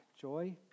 joy